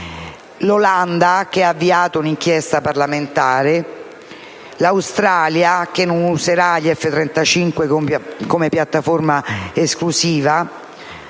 L'Olanda ha avviato un'inchiesta parlamentare. L'Australia non userà gli F-35 come piattaforma esclusiva.